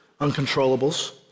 Uncontrollables